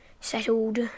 settled